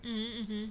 mmhmm mmhmm